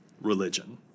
religion